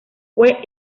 fue